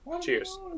Cheers